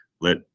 let